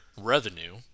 revenue